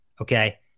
okay